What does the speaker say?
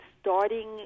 starting